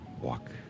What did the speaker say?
walk